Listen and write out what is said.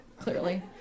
Clearly